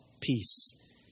peace